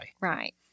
Right